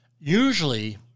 usually